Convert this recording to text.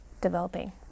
developing